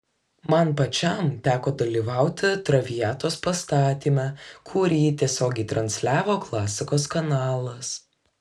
man pačiam teko dalyvauti traviatos pastatyme kurį tiesiogiai transliavo klasikos kanalas